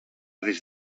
des